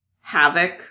havoc